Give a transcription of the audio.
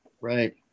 right